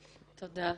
תודה.